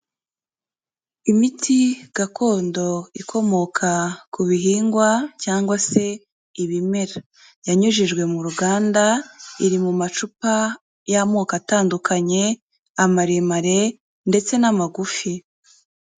Imiti gakondo ikomoka ku bihingwa cyangwag se ibimera yanyujijwe mu ruganda, iri mu macupa y'amoko atandukanye amaremare ndetse n'amagufi.